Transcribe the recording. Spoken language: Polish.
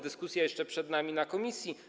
Dyskusja jeszcze przed nami na posiedzeniu komisji.